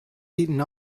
beating